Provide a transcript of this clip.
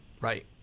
Right